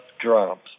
drums